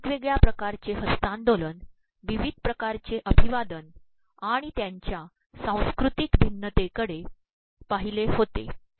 वेगवेगळ्या प्रकारचे हस्तांदोलन विविध प्रकारचे अभिवादन आणि त्यांच्या सांस्कृतिक भिन्नतेकडे पाहिले होते